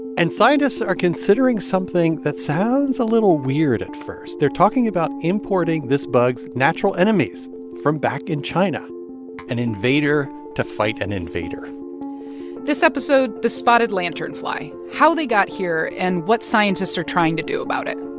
and scientists are considering something that sounds a little weird at first. they're talking about importing this bug's natural enemies from back in china an invader to fight an invader this episode, the spotted lanternfly how they got here and what scientists are trying to do about it